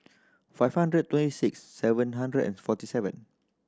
five hundred twenty six seven hundred and forty seven